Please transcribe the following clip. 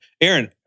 Aaron